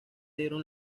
dieron